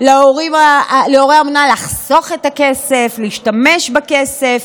להורי האומנה לחסוך את הכסף, להשתמש בכסף,